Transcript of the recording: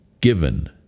given